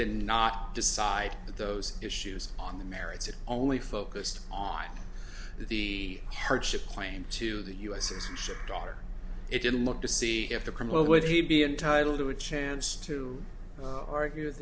did not decide those issues on the merits it only focused on the hardship claim to the us citizenship daughter it didn't look to see if the criminal would he be entitled to a chance to argue with